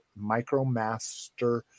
micromaster